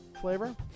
flavor